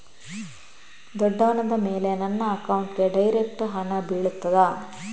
ದೊಡ್ಡವನಾದ ಮೇಲೆ ನನ್ನ ಅಕೌಂಟ್ಗೆ ಡೈರೆಕ್ಟ್ ಹಣ ಬೀಳ್ತದಾ?